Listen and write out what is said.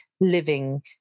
living